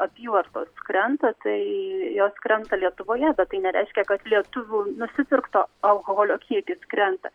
apyvartos krenta tai jos krenta lietuvoje bet tai nereiškia kad lietuvių nusipirkto alkoholio kiekis krenta